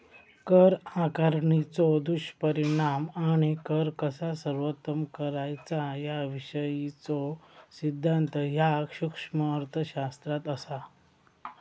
कर आकारणीचो दुष्परिणाम आणि कर कसा सर्वोत्तम करायचा याविषयीचो सिद्धांत ह्या सूक्ष्म अर्थशास्त्रात असा